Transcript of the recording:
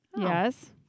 Yes